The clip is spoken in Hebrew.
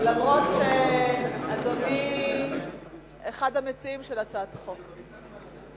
למרות שאדוני אחד המציעים של הצעת החוק.